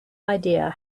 idea